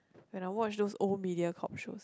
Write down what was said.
when I watch those old Mediacorp shows